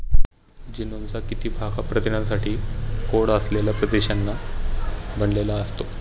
जीनोमचा किती भाग हा प्रथिनांसाठी कोड असलेल्या प्रदेशांनी बनलेला असतो?